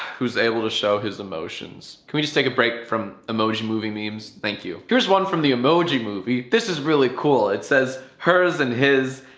who's able to show his emotions can we just take a break from emoji movie memes? thank you. here's one from the emoji movie. this is really cool, it says hers and his.